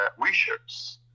wishers